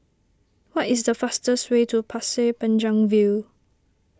what is the fastest way to Pasir Panjang View